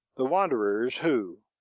the wanderers who,